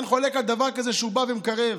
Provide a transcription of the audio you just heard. אין חולק על דבר כזה שהוא בא ומקרב.